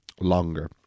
longer